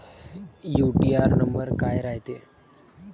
UTR number काय रायते?